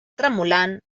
tremolant